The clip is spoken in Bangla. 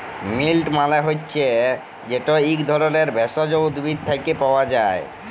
মিল্ট মালে হছে যেট ইক ধরলের ভেষজ উদ্ভিদ থ্যাকে পাওয়া যায়